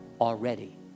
already